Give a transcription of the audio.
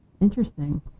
interesting